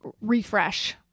refresh